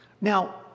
Now